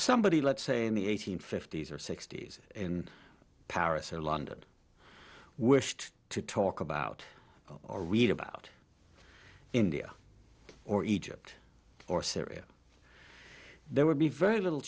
somebody let's say in the eight hundred fifty s or sixty's in paris or london wished to talk about or read about india or egypt or syria there would be very little